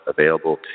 available